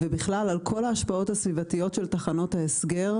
ובכלל על כל ההשפעות הסביבתיות של תחנות ההסגר.